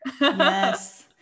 yes